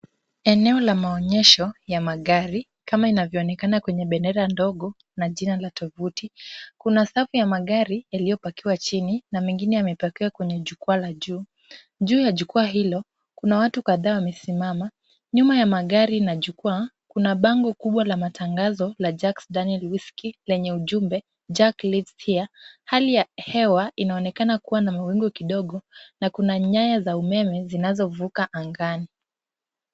Eneo la maonyesho ya magari kama inavyoonekana kwenye bendera ndogo na jina la tovuti. Kuna safu ya magari yaliyopakiwa chini na mengine yamepakiwa kwenye jukwaa la juu. Juu ya jukwaa hilo, kuna watu kadhaa wamesimama. Nyuma ya magari na jukwaa kuna bango kubwa la matangazo la Jack's Daniel Whisky lenye ujumbe Jack lives here , hali ya hewa inaonekana kuwa na mawingu kidogo na kuna nyaya za umeme zinazovuka angani.